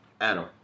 Adam